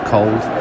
Cold